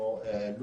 ללא לוד,